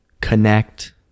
connect